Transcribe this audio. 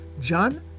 John